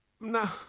No